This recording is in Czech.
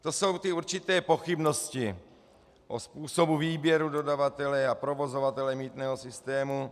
To jsou ty určité pochybnosti o způsobu výběru dodavatele a provozovatele mýtného systému.